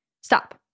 Stop